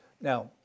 Now